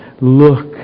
Look